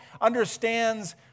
understands